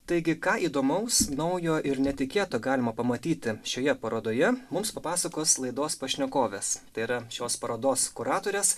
taigi ką įdomaus naujo ir netikėto galima pamatyti šioje parodoje mums papasakos laidos pašnekovės tai yra šios parodos kuratorės